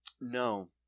No